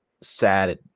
sad